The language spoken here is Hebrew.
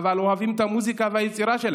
אבל אוהבים את המוזיקה והיצירה שלהם.